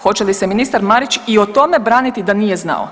Hoće li se ministar Marić i o tome braniti da nije znao?